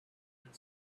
and